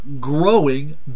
growing